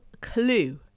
clue